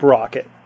Rocket